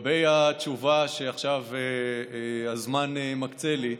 לגבי התשובה שעכשיו הזמן מקצה לי,